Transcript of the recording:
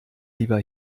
lieber